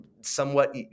somewhat